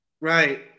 Right